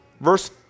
verse